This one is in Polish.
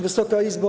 Wysoka Izbo!